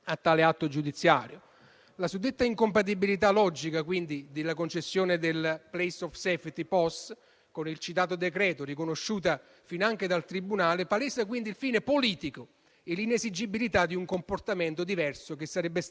La vicenda di Open Arms è quindi pienamente ascrivibile all'esercizio della funzione di Governo per il perseguimento di obiettivi di politica migratoria, tesi a contrastare il traffico di esseri umani e a richiamare gli altri Stati membri dell'Unione europea,